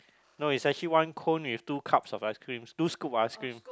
no it's actually one cone with two cups of ice cream two scoops of ice cream